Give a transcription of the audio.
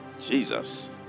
Jesus